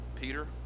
Peter